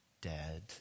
dead